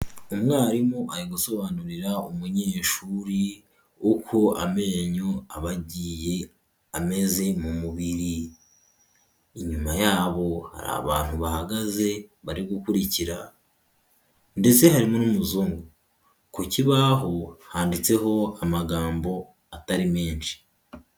Umwarimu ari gusobanurira umunyeshuri uko amenyo abagiye ameze mu mubiri, inyuma y'abo hari abantu bahagaze bari gukurikira ndetse harimo n'umuzungu, ku kibaho handitseho amagambo atari menshi.